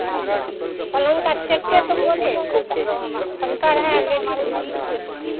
पलंग के छेके तो बोले सत्तर है लेकिन